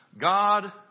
God